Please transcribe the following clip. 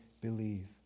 believe